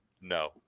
No